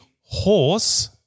horse